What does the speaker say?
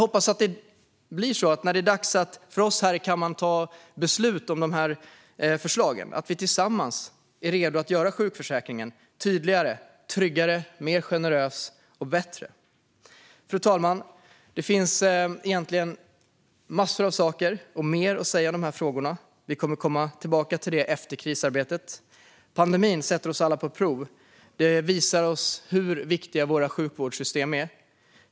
När det väl är dags för oss här i kammaren att fatta beslut om förslagen hoppas jag att vi tillsammans är redo att göra sjukförsäkringen tydligare, tryggare, mer generös och bättre. Fru talman! Det finns egentligen väldigt mycket mer att säga om de här frågorna, och det kommer vi att återkomma till efter krisarbetet. Pandemin sätter oss alla på prov. Den visar oss hur viktiga våra sjukvårdssystem är.